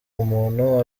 umuntu